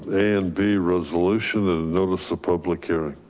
and b resolution and a notice of public hearing.